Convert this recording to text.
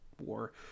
war